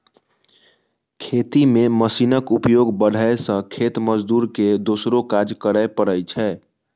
खेती मे मशीनक उपयोग बढ़ै सं खेत मजदूर के दोसरो काज करै पड़ै छै